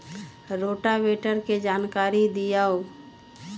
Rotavator के जानकारी दिआउ?